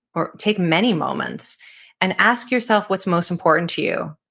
or take many moments and ask yourself what's most important to you.